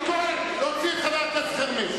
אני קורא, להוציא את חבר הכנסת חרמש.